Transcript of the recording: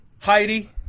Heidi